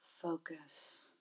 focus